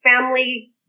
family